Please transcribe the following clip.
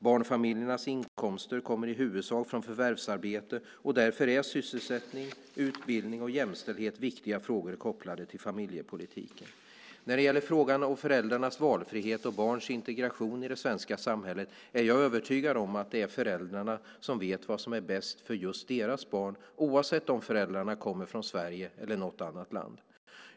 Barnfamiljernas inkomster kommer i huvudsak från förvärvsarbete, och därför är sysselsättning, utbildning och jämställdhet viktiga frågor kopplade till familjepolitiken. När det gäller frågan om föräldrarnas valfrihet och barns integration i det svenska samhället är jag övertygad om att det är föräldrarna som vet vad som är bäst för just deras barn, oavsett om föräldrarna kommer från Sverige eller något annat land.